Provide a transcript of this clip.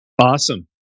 awesome